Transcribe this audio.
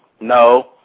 No